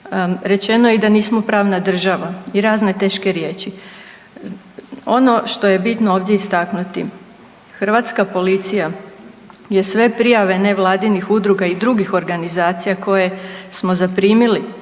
Rečeno je i da nismo pravna država i razne teške riječi. Ono što je bitno ovdje istaknuti, hrvatska policija je sve prijave nevladinih udruga i drugih organizacija koje smo zaprimili